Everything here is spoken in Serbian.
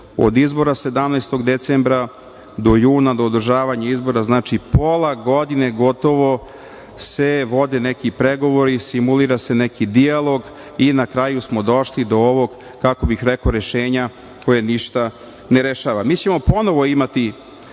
od izbora 17. decembra do juna, do održavanja izbora, znači, pola godine gotovo se vode neki pregovori, simulira se neki dijalog i na kraju smo došli do ovog, kako bih rekao, rešenja koje ništa ne rešava. Mi ćemo ponovo imati